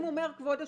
אם אומר כבוד השופט,